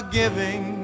giving